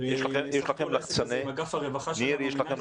-- יש לכם לחצני מצוקה?